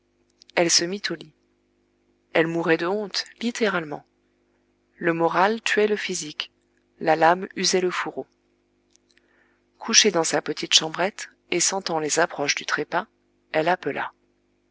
elle se mit au lit elle mourait de honte littéralement le moral tuait le physique la lame usait le fourreau couchée dans sa petite chambrette et sentant les approches du trépas elle appela